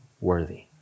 worthy